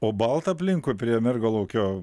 o balta aplinkui prie mergalaukio